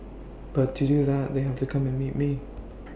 but to do that they have to come and meet me